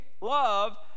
love